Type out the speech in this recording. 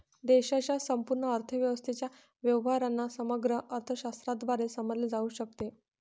देशाच्या संपूर्ण अर्थव्यवस्थेच्या व्यवहारांना समग्र अर्थशास्त्राद्वारे समजले जाऊ शकते